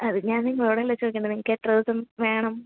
അത് ഞാൻ നിങ്ങളോട് അല്ലേ ചോദിക്കേണ്ടത് നിങ്ങൾക്ക് എത്ര ദിവസം വേണം